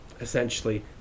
Essentially